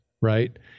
right